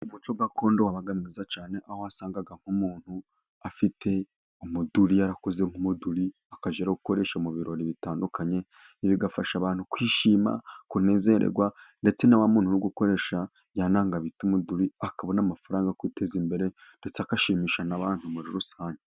Umuco gakondo wabaga mwiza cyane aho wasangaga, nk' umuntu afite umuduri, yarakoze nk' umuduri akajya gukoresha mu birori bitandukanye, bigafasha abantu kwishima, kunezererwa ndetse na wa muntu uri gukoresha ya nanga bita umuduri akabona amafaranga yo kwiteza imbere ndetse agashimisha n' abantu muri rusange.